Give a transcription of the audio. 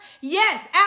Yes